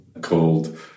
called